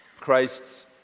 Christ's